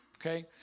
Okay